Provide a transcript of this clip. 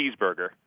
Cheeseburger